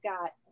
got